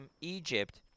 Egypt